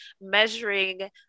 measuring